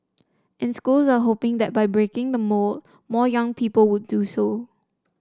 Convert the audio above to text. and schools are hoping that by breaking the mould more young people will do so